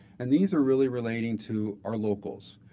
and these are really relating to our locals.